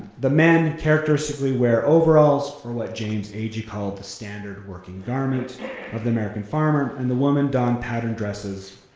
the man characters simply wear overalls or what james agee called the standard working garment of the american farmer and the woman donned patterned dresses,